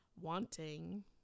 wanting